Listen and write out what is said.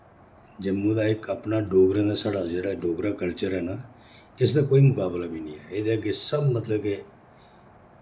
जम्मू दा इक अपना डोगरें दा साढ़ा जेह्ड़ा डोगरा कल्चर ऐ ना इसदा कोई मुकाबला बी नि ऐ एह्दे अग्गें सब मतलब के